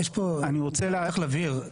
אני רוצה להבהיר.